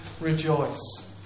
rejoice